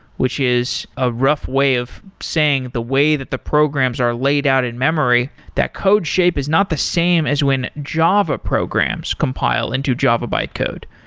which is a rough way of saying the way that the programs are laid out in-memory, that code shape is not the same as when java programs compile into java bytecode.